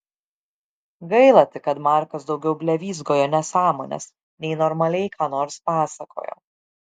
gaila tik kad markas daugiau blevyzgojo nesąmones nei normaliai ką nors pasakojo